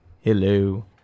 Hello